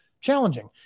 challenging